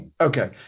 Okay